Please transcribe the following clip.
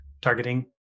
targeting